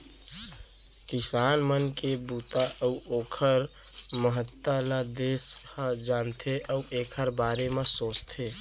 किसान मन के बूता अउ ओकर महत्ता ल देस ह जानथे अउ एकर बारे म सोचथे